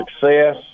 success